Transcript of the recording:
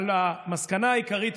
המסקנה העיקרית,